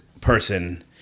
person